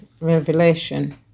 revelation